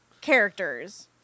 characters